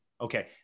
Okay